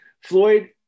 Floyd